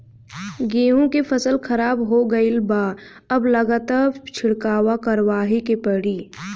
गेंहू के फसल खराब हो गईल बा अब लागता छिड़काव करावही के पड़ी